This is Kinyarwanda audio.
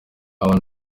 benshi